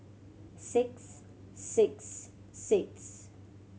six six six